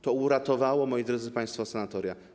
To uratowało, moi drodzy państwo, sanatoria.